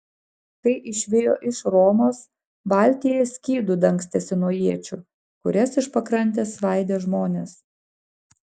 kai išvijo iš romos valtyje skydu dangstėsi nuo iečių kurias iš pakrantės svaidė žmonės